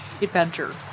adventure